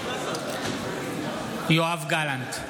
יואב גלנט,